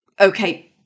okay